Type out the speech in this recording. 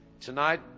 Tonight